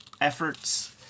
efforts